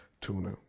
tuna